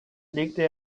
legte